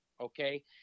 Okay